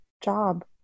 job